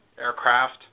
aircraft